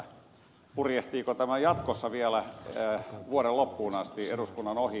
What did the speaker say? purjehtiiko tämä jatkossa vielä vuoden loppuun asti eduskunnan ohi